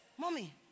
mommy